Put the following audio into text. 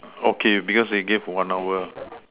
okay because they give one hour